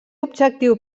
objectiu